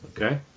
Okay